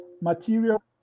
material